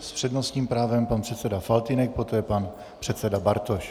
S přednostním právem pan předseda Faltýnek, poté pan předseda Bartoš.